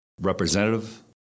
representative